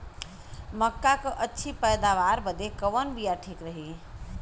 मक्का क अच्छी पैदावार बदे कवन बिया ठीक रही?